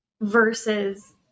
versus